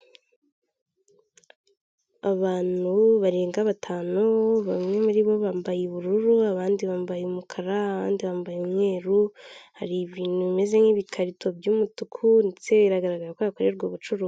Abantu barenga batanu bamwe muri bo bambaye ubururu, abandi bambaye umukara, bambaye umweru hari ibintu bimeze nk'ibikarito by'umutuku ndetse biragaragara ko hakorerwa ubucuruzi.